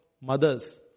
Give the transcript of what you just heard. mothers